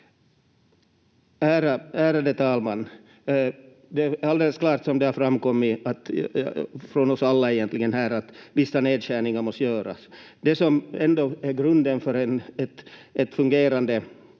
Ärade talman! Det är alldeles klart, som det har framkommit egentligen från oss alla här, att vissa nedskärningar måste göras. Det som ändå är grunden för ett fungerande